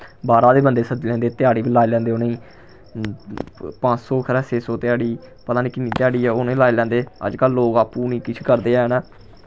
बाह्रा दे बंदे सद्धी लैंदे ध्याड़ी पर लाई लैंदे उ'नेंगी पंज सौ खबरै छे सौ ध्याड़ी पता नी किन्नी ध्याड़ी ऐ उ'नें लाई लैंदे अज्जकल लोग आपूं नी किश करदे हैन